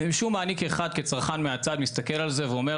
ומשום מה אני כאחד, כצרכן מהצד, מסתכל על זה ואומר